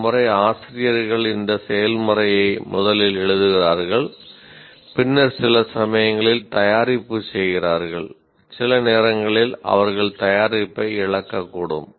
பல முறை ஆசிரியர்கள் இந்த செயல்முறையை முதலில் எழுதுகிறார்கள் பின்னர் சில சமயங்களில் தயாரிப்பு செய்கிறார்கள் சில நேரங்களில் அவர்கள் தயாரிப்பை இழக்கக்கூடும்